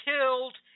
killed